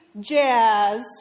jazz